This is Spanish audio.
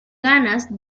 ganas